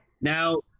Now